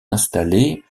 installés